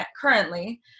currently